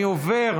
אני עובר